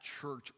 church